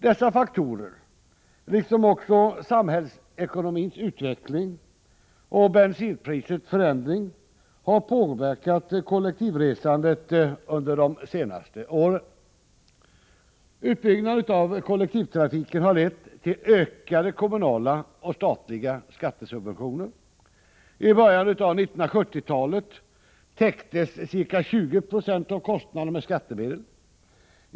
Dessa faktorer liksom också samhällsekonomins utveckling och bensinprisets förändring har påverkat kollektivresandet under de senaste åren. Utbyggnaden av kollektivtrafiken har lett till ökade kommunala och statliga skattesubventioner. I början av 1970-talet täcktes ca 2096 av trafikkostnaden med skattemedel.